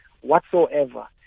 whatsoever